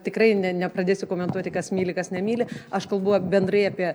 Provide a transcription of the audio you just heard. tikrai ne nepradėsiu komentuoti kas myli kas nemyli aš kalbu bendrai apie